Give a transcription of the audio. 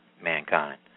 mankind